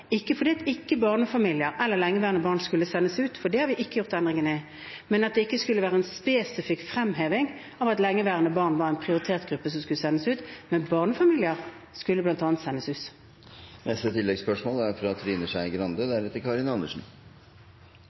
ikke fordi barnefamilier eller lengeværende barn ikke skulle sendes ut, for det har vi ikke gjort endringer i – men det skulle ikke være en spesifikk fremheving av at lengeværende barn var en prioritert gruppe som skulle sendes ut. Men barnefamilier skulle bl.a. sendes ut. Trine Skei Grande – til oppfølgingsspørsmål. Det å være statsråd er